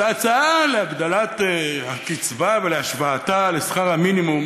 את ההצעה להגדלת הקצבה ולהשוואתה לשכר המינימום